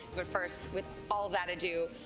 but first, with all that ado,